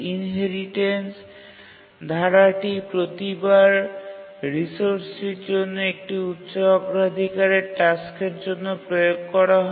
inheritance ধারাটি প্রতিবার রিসোর্সটির জন্য একটি উচ্চ অগ্রাধিকারের টাস্কের জন্য প্রয়োগ করা হয়